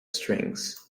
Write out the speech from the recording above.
strings